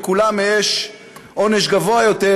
לגבי כולם יש עונש גבוה יותר,